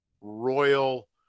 royal